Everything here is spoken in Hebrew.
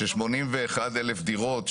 ש-81,000 דירות,